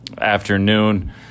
afternoon